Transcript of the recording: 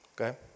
Okay